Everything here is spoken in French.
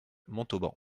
montauban